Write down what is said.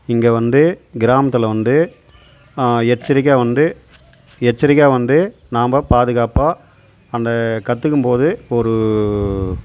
இங்கே வந்து கிராமத்தில் வந்து எச்சரிக்கையாக வந்து எச்சரிக்கையாக வந்து நாம்ம பாதுகாப்பாக அந்த கற்றுக்கும்போது ஒரு